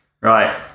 Right